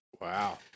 Wow